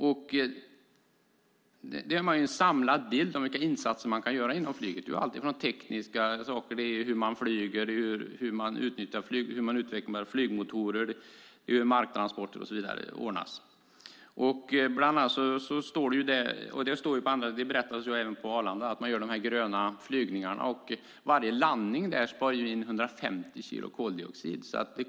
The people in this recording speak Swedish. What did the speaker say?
Man gör en samlad bild av vilka insatser som går att göra inom flyget. Det handlar om teknik, hur man flyger, hur man utvecklar flygmotorer och hur marktransporter ordnas. På Arlanda gör man gröna flygningar där varje landning släpper ut 150 kilo koldioxid mindre.